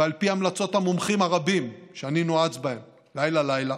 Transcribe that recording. ועל פי המלצות המומחים הרבים שאני נועץ בהם לילה-לילה,